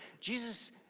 Jesus